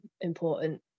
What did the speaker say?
important